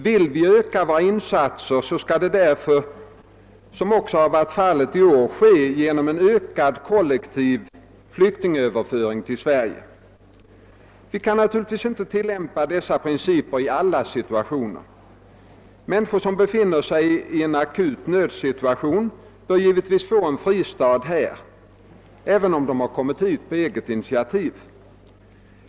Vill vi öka våra insatser skall det därför, som också varit fallet i år, ske genom en ökad kollektiv flyktingöverföring till Sverige. Vi kan naturligtvis inte tillämpa dessa principer i alla situationer. Människor som befinner sig i en akut nödsituation bör givetvis få en fristad här, även om de kommer hit på eget initiativ.